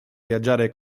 viaggiare